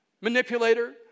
manipulator